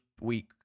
week